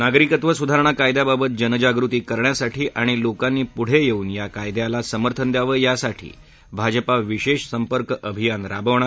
नागरीकत्व सुधारणा कायद्याबाबत जनजागृती करण्यासाठी आणि लोकांनी पुढे येऊन या नव्या कायद्याला समर्थन द्यावं यासाठी भाजपा विशेष संपर्क अभियान राबवणार